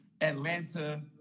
Atlanta